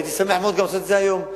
הייתי שמח לעשות את זה גם היום.